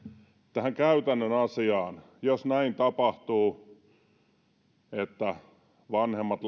tähän käytännön asiaan jos näin tapahtuu että vanhemmat